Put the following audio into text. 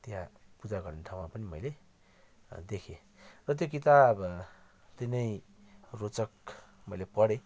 त्यहाँ पूजा गर्ने ठाउँमा पनि मैले देखेँ र त्यो किताब अति नै रोचक मैले पढेँ